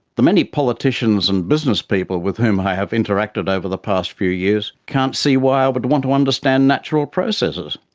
the many politicians and businesspeople with whom i have interacted over the past few years can't see why would want to understand natural processes,